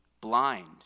blind